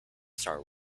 star